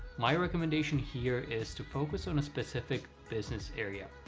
my recommendation here is to focus on a specific business area.